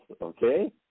okay